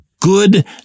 good